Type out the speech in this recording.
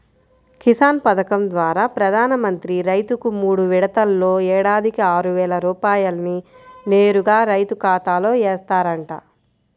కిసాన్ పథకం ద్వారా ప్రధాన మంత్రి రైతుకు మూడు విడతల్లో ఏడాదికి ఆరువేల రూపాయల్ని నేరుగా రైతు ఖాతాలో ఏస్తారంట